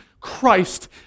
Christ